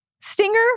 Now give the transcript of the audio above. stinger